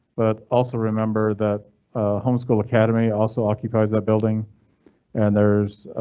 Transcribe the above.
but also remember that homeschool academy also occupies that building and there's.